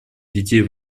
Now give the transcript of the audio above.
детей